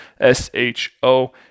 s-h-o